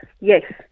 yes